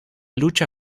lucha